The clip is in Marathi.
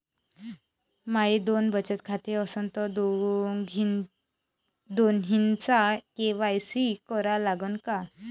माये दोन बचत खाते असन तर दोन्हीचा के.वाय.सी करा लागन का?